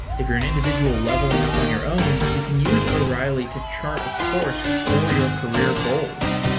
if you're an individual leveling up on your own, you can use o'reilly to chart a course for your career goals.